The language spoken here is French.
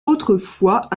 autrefois